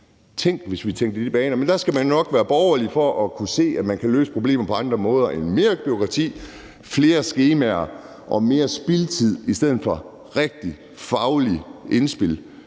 Men der skal man nok være borgerlig for at kunne se, at man kan løse problemerne på andre måder end med mere bureaukrati, flere skemaer og mere spildtid i stedet for rigtigt fagligt indspil